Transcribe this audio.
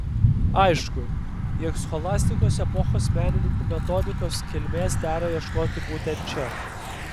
aišku jog scholastikos epochos menininkų metodikos kilmės dera ieškoti būtent čia